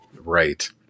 right